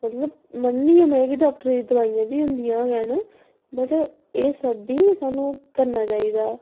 मतलब मन्ननी आं में के डाक्टरें दियां दोआइयां बी होंदियां गै न बट एह् सब बी सानूं करना चाहिदा